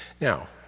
Now